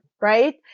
right